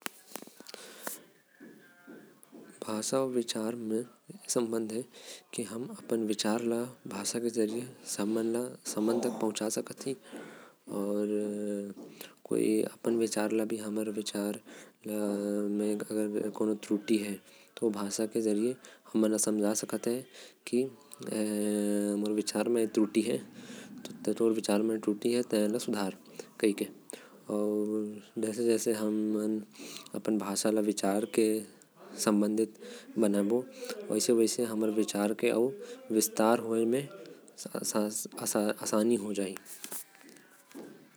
भाषा के जरिया हमन अपन विचार केकरो जग पहुचा सकत ही। ओकर विचार जान भी सकत ही। अपन विचार के सुधार भी सकत ही ओर केकरो अउ। के विचार भी सुधार सकत ही। अगर ओकर में कोनो गलती होही तो।